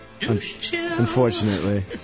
unfortunately